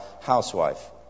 housewife